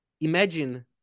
imagine